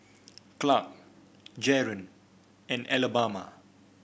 Clarke Jaren and Alabama